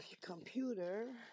computer